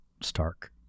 Stark